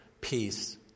peace